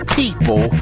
people